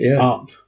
up